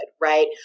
Right